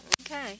Okay